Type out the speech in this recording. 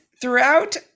throughout